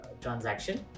transaction